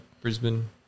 Brisbane